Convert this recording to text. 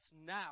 now